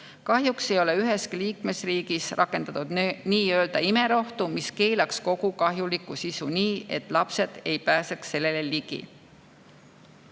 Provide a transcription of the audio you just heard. Kahjuks ei ole üheski liikmesriigis rakendatud nii-öelda imerohtu, mis keelaks kogu kahjuliku sisu nii, et lapsed ei pääseks sellele ligi.